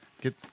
Get